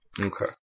Okay